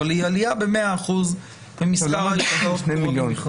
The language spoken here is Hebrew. אבל היא עלייה ב-100% במספר העסקאות הפטורות ממכרז.